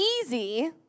easy